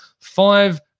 five